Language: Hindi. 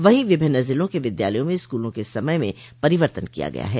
वहीं विभिन्न जिलों के विद्यालयों में स्कूलों के समय में परिवर्तन किया गया है